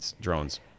drones